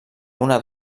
una